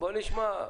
בוא נשמע.